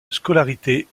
scolarité